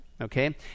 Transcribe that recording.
okay